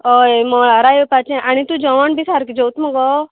हय मंगळाराक येवपाचें आनी तूं जेवण बी सारकें जेवता मगो